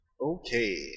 Okay